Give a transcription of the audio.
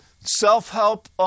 self-help